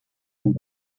and